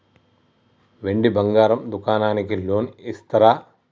వెండి బంగారం దుకాణానికి లోన్ ఇస్తారా?